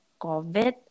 COVID